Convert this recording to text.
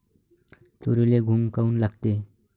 तुरीले घुंग काऊन लागते?